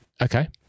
Okay